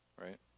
Right